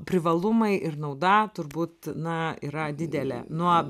privalumai ir nauda turbūt na yra didelė nuo